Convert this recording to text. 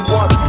one